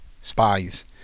spies